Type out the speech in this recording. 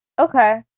Okay